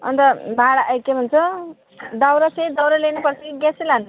अन्त भाडा के भन्छ दौरा चाहिँ दौरा लिनु पर्छ कि ग्यासै लाने